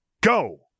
Go